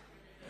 אני